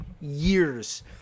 years